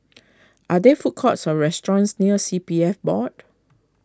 are there food courts or restaurants near C P F Board